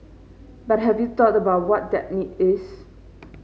but have you thought about what that need is